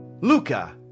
Luca